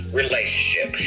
relationship